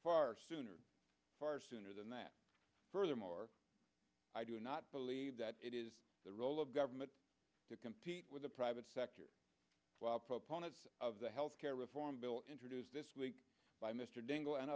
far sooner far sooner than that furthermore i do not believe that it is the role of government to compete with the private sector proponents of the health care reform bill introduced by mr dingell and